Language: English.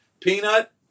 Peanut